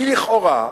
כי לכאורה,